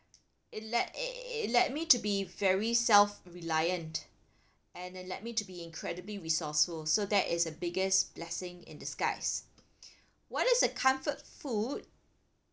it led i~ it led me to be very self reliant and it led me to be incredibly resourceful so that is a biggest blessing in disguise what is a comfort food